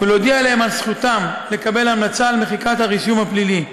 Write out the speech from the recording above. ולהודיע להם על זכותם לקבל המלצה למחיקת הרישום הפלילי,